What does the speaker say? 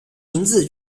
名字